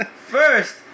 First